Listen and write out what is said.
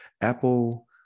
Apple